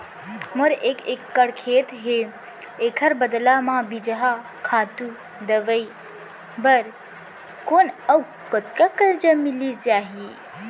मोर एक एक्कड़ खेत हे, एखर बदला म बीजहा, खातू, दवई बर कोन अऊ कतका करजा मिलिस जाही?